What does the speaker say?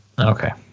okay